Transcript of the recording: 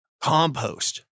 compost